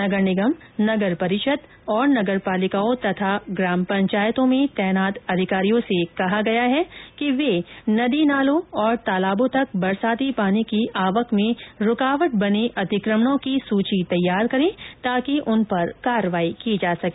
नगर निगम नगर परिषद और नगरपार्लिकाओं तथा ग्राम पंचायतों में तैनात अधिकारियों से कहा गया है कि वे नदी नालों और तालाबों तक बरसाती पानी की आवक में रूकावट बनें अतिकमणों की सूची तैयार करें ताकि उन पर कार्यवाही की जा सके